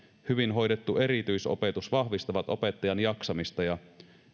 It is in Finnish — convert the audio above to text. hyvin hoidettu erityisopetus vahvistavat opettajan jaksamista ja